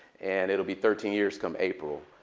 and it'll be thirteen years come april.